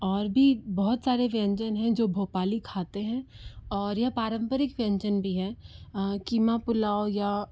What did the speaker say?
और भी बहुत सारे व्यंजन हैं जो भोपाली खाते हैं और यह पारंपरिक व्यंजन भी है क़ीमा पुलाव या